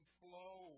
flow